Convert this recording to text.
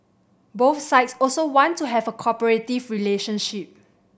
both sides also want to have a cooperative relationship